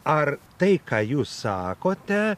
ar tai ką jūs sakote